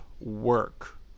work